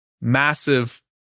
massive